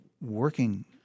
working